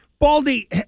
Baldy